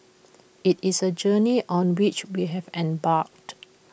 IT is A journey on which we have embarked